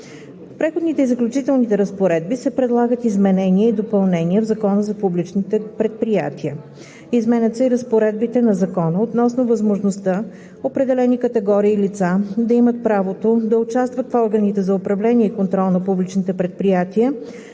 Преходните и заключителни разпоредби се предлагат изменения и допълнения в Закона за публичните предприятия. Изменят се разпоредбите на Закона относно възможността определени категории лица да имат правото да участват в органите за управление и контрол на публичните предприятия,